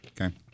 Okay